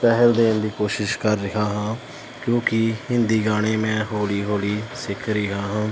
ਪਹਿਲ ਦੇਣ ਦੀ ਕੋਸ਼ਿਸ਼ ਕਰ ਰਿਹਾ ਹਾਂ ਕਿਉਂਕਿ ਹਿੰਦੀ ਗਾਣੇ ਮੈਂ ਹੌਲੀ ਹੌਲੀ ਸਿੱਖ ਰਿਹਾ ਹਾਂ